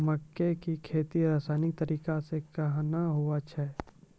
मक्के की खेती रसायनिक तरीका से कहना हुआ छ?